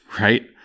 right